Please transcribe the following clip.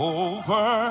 over